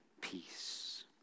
peace